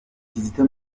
kizito